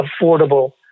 affordable